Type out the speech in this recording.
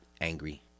angry